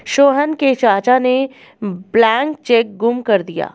सोहन के चाचा ने ब्लैंक चेक गुम कर दिया